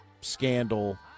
scandal